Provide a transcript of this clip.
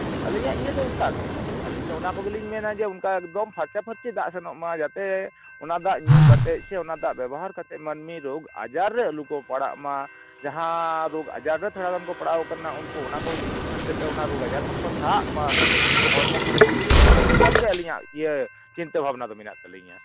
ᱟᱞᱤᱧᱟᱜ ᱤᱭᱟᱹ ᱫᱚ ᱚᱱᱠᱟᱜᱮ ᱟᱞᱤᱧ ᱫᱚ ᱚᱱᱟ ᱠᱚᱜᱮᱞᱤᱧ ᱢᱮᱱᱟ ᱡᱮ ᱚᱝᱠᱟ ᱮᱠᱫᱚᱢ ᱯᱷᱟᱨᱪᱟ ᱯᱷᱟᱨᱪᱤ ᱫᱟᱜ ᱥᱮᱱᱚᱜ ᱢᱟ ᱡᱟᱛᱮ ᱚᱱᱟ ᱫᱟᱜ ᱧᱩ ᱠᱟᱛᱮ ᱥᱮ ᱚᱱᱟ ᱫᱟᱜ ᱵᱮᱵᱚᱦᱟᱨ ᱠᱟᱛᱮ ᱢᱟᱹᱱᱢᱤ ᱨᱳᱜᱽ ᱟᱡᱟᱨ ᱨᱮ ᱟᱞᱚ ᱠᱚ ᱯᱟᱲᱟᱜ ᱢᱟ ᱡᱟᱦᱟᱸ ᱨᱳᱜᱽ ᱟᱡᱟᱨ ᱨᱮ ᱛᱷᱚᱲᱟ ᱜᱟᱱ ᱠᱚ ᱯᱟᱲᱟᱣᱟᱠᱟᱱᱟ ᱩᱱᱠᱩ ᱚᱱᱟ ᱠᱚ ᱧᱩ ᱞᱮᱠᱷᱟᱱ ᱡᱟᱛᱮ ᱚᱱᱟ ᱨᱳᱜᱽ ᱟᱡᱟᱨ ᱠᱷᱚᱱ ᱠᱚ ᱥᱟᱦᱟᱜ ᱢᱟ ᱦᱚᱲᱢᱚ ᱠᱷᱚᱱ ᱥᱟᱺᱜᱤᱧᱚᱜ ᱢᱟ ᱱᱚᱝᱠᱟᱱ ᱜᱮ ᱟᱞᱤᱧᱟᱜ ᱪᱤᱱᱛᱟᱹ ᱵᱷᱟᱵᱱᱟ ᱫᱚ ᱢᱮᱱᱟᱜ ᱛᱟᱞᱤᱧᱟ